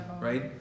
right